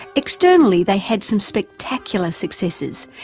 externally, they had some spectacular successes,